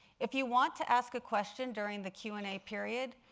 if you want to ask a question during the q and a period,